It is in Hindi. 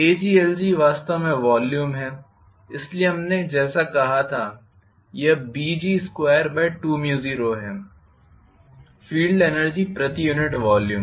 Aglg वास्तव में वॉल्यूम है इसलिए हमने जैसा कहा था यह Bg220 है फील्ड एनर्जी प्रति यूनिट वॉल्यूम